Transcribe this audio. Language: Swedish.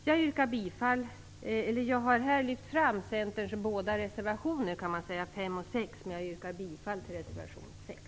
Jag har här lyft fram Centerns båda reservationer 5 och 6, men jag yrkar bifall bara till reservation 6.